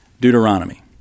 Deuteronomy